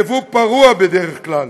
יבוא פרוע בדרך כלל,